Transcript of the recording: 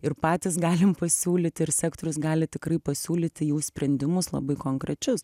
ir patys galim pasiūlyti ir sektorius gali tikrai pasiūlyti jau sprendimus labai konkrečius